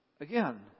Again